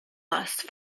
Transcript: last